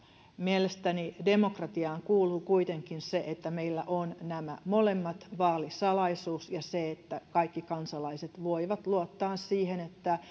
mielestäni demokratiaan kuuluu kuitenkin se että meillä on nämä molemmat vaalisalaisuus ja se että kaikki kansalaiset voivat luottaa siihen että